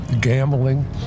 Gambling